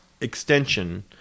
extension